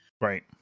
Right